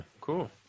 cool